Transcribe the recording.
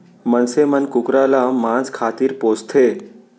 मनसे मन कुकरा ल मांस खातिर पोसथें